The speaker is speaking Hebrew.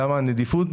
למה הנדיבות?